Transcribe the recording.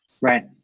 Right